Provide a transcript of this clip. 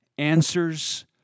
Answers